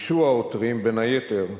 ביקשו העותרים, בין היתר,